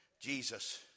Jesus